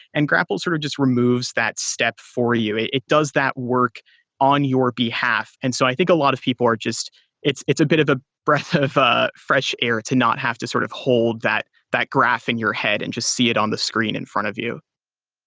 and grapl sort of just removes that step for you. it does that work on your behalf. and so i think a lot of people are just it's a bit of a breath of ah fresh air to not have to sort of hold that that graph in your head and just see it on the screen in front of you